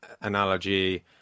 analogy